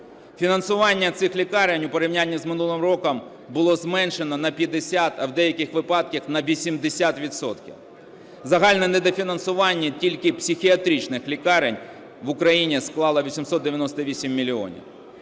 Фінансування цих лікарень, у порівнянні з минулим роком, було зменшено на 50, а в деяких випадках на 80 відсотків. Загальне недофінансування тільки психіатричних лікарень в Україні склало 898 мільйонів.